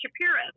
Shapiro